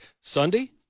Sunday